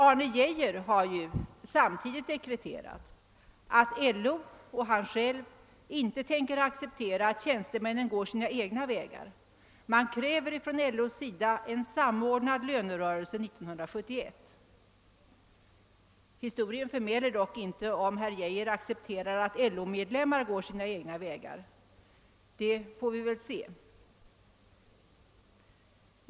Arne Geijer har samtidigt deklarerat att LO och han själv inte tänker acceptera att tjänstemännen går sina egna vägar och att man i LO kräver en samordnad lönerörelse 1971. Historien förmäler dock inte huruvida herr Geijer accepterar att LO-medlemmar går sina egna vägar. Det får vi väl se.